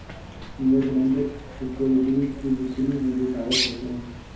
निवेश bank securities की बिक्री में भी सहायक होते हैं